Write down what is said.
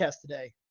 today